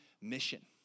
mission